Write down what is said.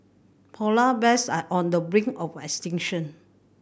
polar bears are on the brink of extinction